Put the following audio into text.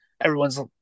Everyone's